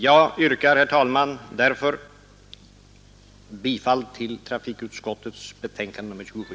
Jag yrkar, herr talman, därför bifall till trafikutskottets hemställan i betänkandet nr 27.